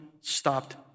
stopped